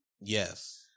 Yes